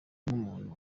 nkumuntu